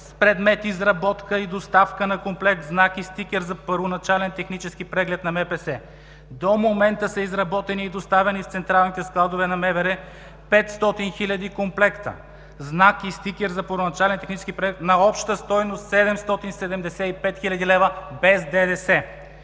с предмет изработка и доставка на комплект знак и стикер за първоначален технически преглед на МПС. До момента са изработени и доставени в централните складове на МВР 500 хиляди комплекта – знак и стикер за първоначален технически преглед, на обща стойност 775 хил. лв. без ДДС.